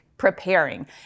preparing